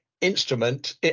instrument